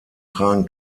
tragen